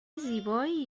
زیبایی